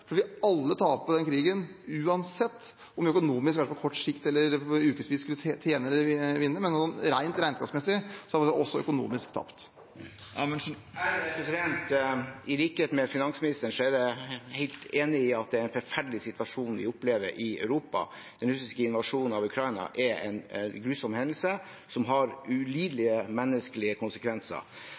for vi vil alle tape på denne krigen, uansett om vi økonomisk sett på kort sikt eller ukevis skulle tjene eller vinne, men rent regnskapsmessig har vi tapt også økonomisk. I likhet med finansministeren er jeg helt enig i at det er en forferdelig situasjon vi opplever i Europa. Den russiske invasjonen av Ukraina er en grusom hendelse som har ulidelige menneskelige konsekvenser.